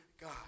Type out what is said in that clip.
God